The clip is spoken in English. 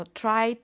try